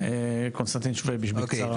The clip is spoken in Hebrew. קונסטנטין שוויביש, בקצרה.